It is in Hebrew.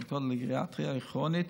מחלקות לגריאטריה כרונית,